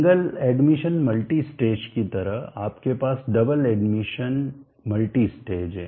single admission multi stage की तरह आपके पास डबल एडमिशन मल्टी स्टेज है